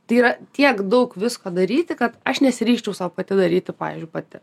tai yra tiek daug visko daryti kad aš nesiryžčiau sau pati daryti pavyzdžiui pati